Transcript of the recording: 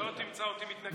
לא תמצא אותי מתנגד לזה.